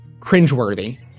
cringeworthy